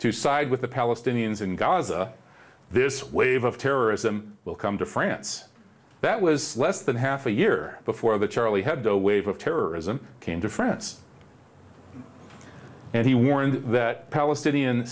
to side with the palestinians in gaza this wave of terrorism will come to france that was less than half a year before the charlie hebdo wave of terrorism came to france and he warned that palestinian